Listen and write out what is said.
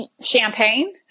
champagne